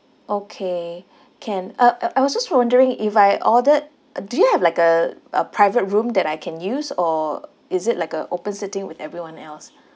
okay can uh uh I was just for wondering if I ordered uh do you have like a a private room that I can use or is it like uh open seating with everyone else